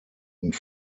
und